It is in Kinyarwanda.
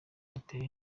atera